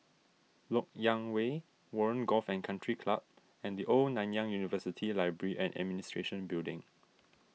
Lok Yang Way Warren Golf and Country Club and the Old Nanyang University Library and Administration Building